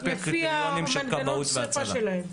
על פי הקריטריונים של כבאות והצלה.